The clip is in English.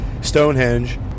Stonehenge